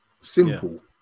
simple